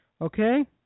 Okay